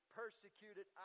persecuted